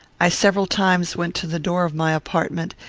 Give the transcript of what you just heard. i several times went to the door of my apartment,